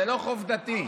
זה לא חוף דתי.